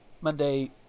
Monday